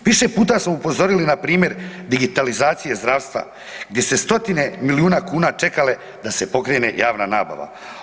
Više puta smo upozorili na primjer digitalizacije zdravstva gdje su stotine milijuna kuna čekale da se pokrene javna nabava.